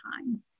time